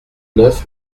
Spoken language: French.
neuf